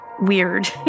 weird